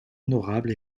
honorable